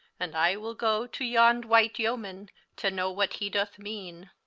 and i will go to yond wight yeoman to know what he doth meane.